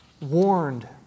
warned